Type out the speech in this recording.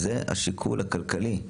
הוא שיקול כלכלי,